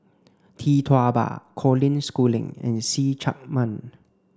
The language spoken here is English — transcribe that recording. Tee Tua Ba Colin Schooling and See Chak Mun